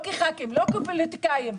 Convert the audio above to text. מילא לא כח"כים וכפוליטיקאים,